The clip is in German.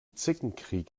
zickenkrieg